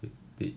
it did